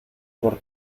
por